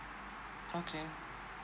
okay